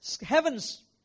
heavens